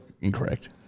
incorrect